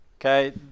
okay